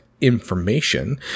Information